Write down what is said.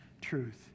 truth